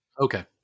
Okay